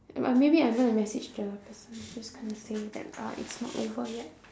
maybe I'm gonna message cher just just going to say that uh it's not over yet